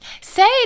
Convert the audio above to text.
say